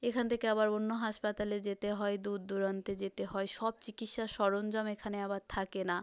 এখান থেকে আবার অন্য হাসপাতালে যেতে হয় দূর দূরান্তে যেতে হয় সব চিকিৎসার সরঞ্জাম এখানে আবার থাকে না